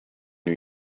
new